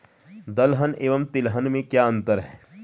दलहन एवं तिलहन में क्या अंतर है?